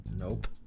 Nope